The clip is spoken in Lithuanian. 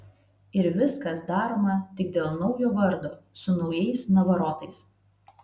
ir viskas daroma tik dėl naujo vardo su naujais navarotais